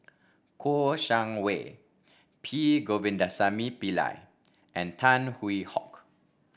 Kouo Shang Wei P Govindasamy Pillai and Tan Hwee Hock